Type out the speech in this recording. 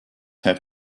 have